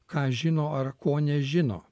ką žino ar ko nežino